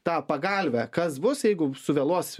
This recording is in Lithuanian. tą pagalvę kas bus jeigu suvėluos